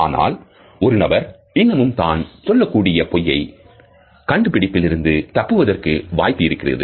ஆனால் ஒரு நபர் இன்னுமும் தான் சொல்லக்கூடிய பொய்யை கண்டுபிடிப்பில் இருந்து தப்புவதற்கு வாய்ப்பு இருக்கிறது